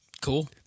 Cool